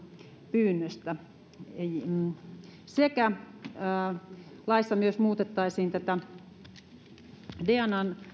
pyynnöstä laissa myös muutettaisiin dna